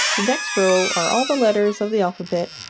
the next row are all the letters of the alphabet,